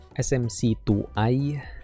SMC2I